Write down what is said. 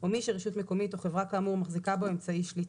או מי שרשות מקומית או חברה כאמור מחזיקה בו אמצעי שליטה.